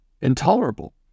intolerable